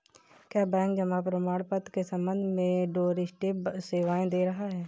क्या बैंक जमा प्रमाण पत्र के संबंध में डोरस्टेप सेवाएं दे रहा है?